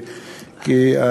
כי,